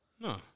No